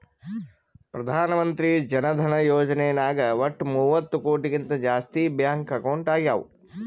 ಪ್ರಧಾನ್ ಮಂತ್ರಿ ಜನ ಧನ ಯೋಜನೆ ನಾಗ್ ವಟ್ ಮೂವತ್ತ ಕೋಟಿಗಿಂತ ಜಾಸ್ತಿ ಬ್ಯಾಂಕ್ ಅಕೌಂಟ್ ಆಗ್ಯಾವ